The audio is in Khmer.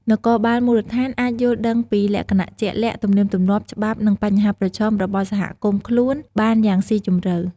នគរបាលមូលដ្ឋានអាចយល់ដឹងពីលក្ខណៈជាក់លាក់ ទំនៀមទម្លាប់ ច្បាប់ និងបញ្ហាប្រឈមរបស់សហគមន៍ខ្លួនបានយ៉ាងស៊ីជម្រៅ។